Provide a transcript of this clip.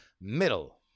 Middle